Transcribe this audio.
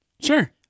Sure